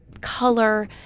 color